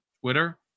twitter